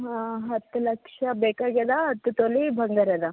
ಹಾಂ ಹತ್ತು ಲಕ್ಷ ಬೇಕಾಗ್ಯದೆ ಹತ್ತು ತೊಲ ಬಂಗಾರ ಅದ